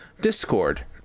discord